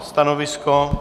Stanovisko?